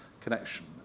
connection